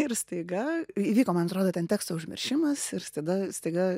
ir staiga įvyko man atrodo ten teksto užmiršimas ir tada staiga